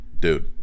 Dude